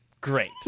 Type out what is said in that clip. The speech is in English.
Great